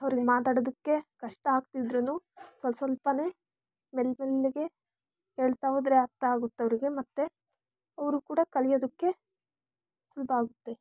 ಅವರಿಗೆ ಮಾತಾಡೋದಕ್ಕೆ ಕಷ್ಟ ಆಗ್ತಿದ್ರು ಸ್ವಸ್ವಲ್ಪನೇ ಮೆಲ್ಲ ಮೆಲ್ಲಗೆ ಹೇಳ್ತಾ ಹೋದರೆ ಅರ್ಥ ಆಗುತ್ತವರಿಗೆ ಮತ್ತು ಅವರು ಕೂಡ ಕಲಿಯೋದಕ್ಕೆ ಸುಲಭ ಆಗುತ್ತೆ